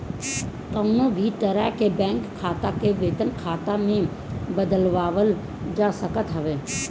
कवनो भी तरह के बैंक खाता के वेतन खाता में बदलवावल जा सकत हवे